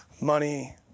money